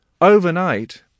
Overnight